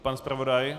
Pan zpravodaj?